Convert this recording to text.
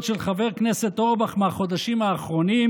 של חבר הכנסת אורבך מהחודשים האחרונים,